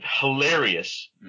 hilarious